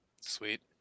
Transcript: Sweet